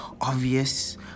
obvious